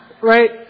right